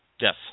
Yes